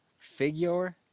figure